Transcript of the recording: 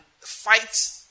fight